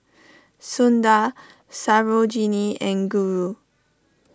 Sundar Sarojini and Guru